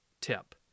tip